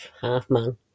half-man